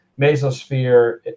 Mesosphere